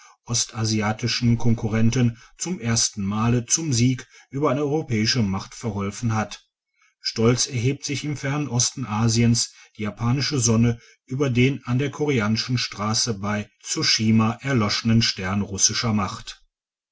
ostasiatischen konkurrenten zum ersten male zum siege über eine europäische macht verholfen hat stolz erhebt sich im fernen osten asiens die japanische sonne über den an der koreanischen strasse bei tsu shima erloschenen stern russischer macht